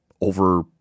over